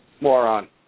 Moron